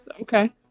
Okay